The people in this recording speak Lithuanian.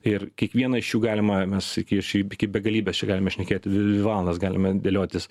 ir kiekvieną iš jų galima mes iki šiaip iki begalybės čia galime šnekėti dvi valandas galime dėliotis